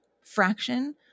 fraction